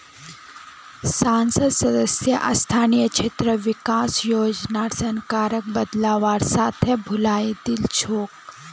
संसद सदस्य स्थानीय क्षेत्र विकास योजनार सरकारक बदलवार साथे भुलई दिल छेक